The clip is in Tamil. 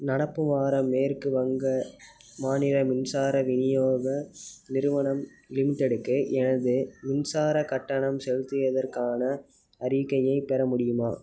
நடப்பு வாரம் மேற்கு வங்க மாநில மின்சார விநியோக நிறுவனம் லிமிடெட்டுக்கு எனது மின்சாரக் கட்டணம் செலுத்தியதற்கான அறிக்கையைப் பெற முடியுமா